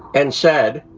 and said,